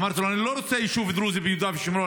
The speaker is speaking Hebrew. אמרתי לו: אני לא רוצה יישוב דרוזי ביהודה ושומרון.